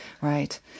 right